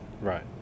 Right